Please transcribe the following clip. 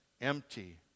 empty